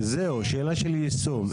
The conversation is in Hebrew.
זהו, שאלה של יישום.